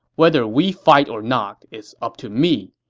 whether we fight or not is up to me,